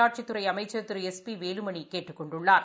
உள்ளாட்சித்துறை அமைச்ச் Thiru S P Velumani கேட்டுக் கொண்டுள்ளார்